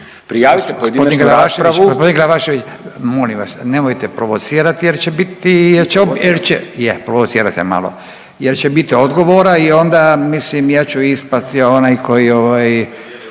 prijavite pojedinačnu raspravu